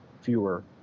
fewer